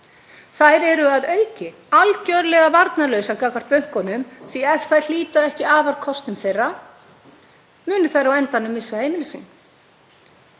Þær eru að auki algjörlega varnarlausar gagnvart bönkunum því að ef þær hlíta ekki afarkostum þeirra munu þær á endanum missa heimili